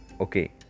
Okay